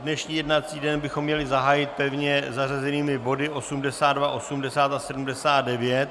Dnešní jednací den bychom měli zahájit pevně zařazenými body 82, 80 a 79.